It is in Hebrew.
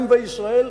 אם בישראל,